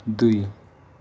दुई